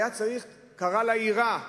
קרא לה "יראה",